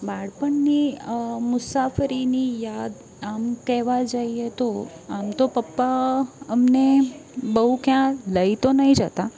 બાળપણની મુસાફરીની યાદ આમ કહેવાં જાઈએ તો આમ તો પપ્પા અમને બહું ક્યાં લઈ તો નહીં જતાં